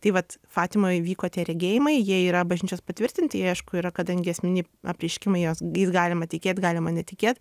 tai vat fatimoj įvyko tie regėjimai jie yra bažnyčios patvirtinti jie aišku yra kadangi esminiai apreiškimai juos jais galima tikėt galima netikėt